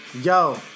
yo